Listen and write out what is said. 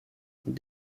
was